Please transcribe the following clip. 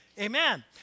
Amen